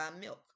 milk